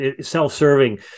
self-serving